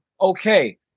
okay